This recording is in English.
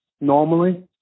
normally